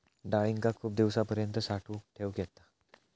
डाळींका खूप दिवसांपर्यंत साठवून ठेवक येता